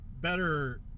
better